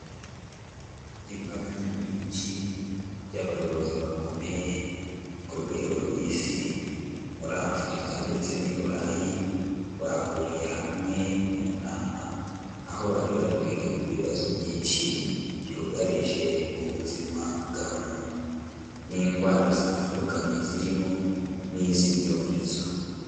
Imbaga nyamwinshi y'abayobozi bakomeye ku rwego rw'isi, muri Afurika ndetse n'i Burayi bahuriye hamwe mu nama, aho bari bari kwiga ku bibazo byinshi byugarije ubuzima bwa muntu n'indwara zitandukanye zirimo n'iz'ibyorezo.